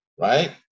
right